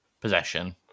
Possession